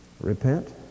Repent